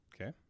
Okay